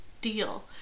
deal